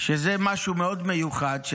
זה משהו מאוד מיוחד,